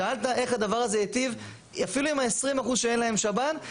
שאלת איך הדבר הזה ייטיב אפילו עם ה-20% שאין להם שב"ן?